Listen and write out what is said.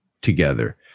together